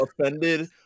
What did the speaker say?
offended